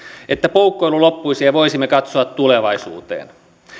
että poukkoilu loppuisi ja voisimme katsoa tulevaisuuteen